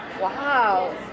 Wow